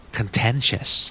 Contentious